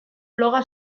bloga